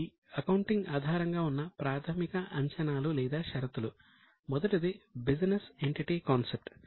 ఇప్పుడు accounting concepts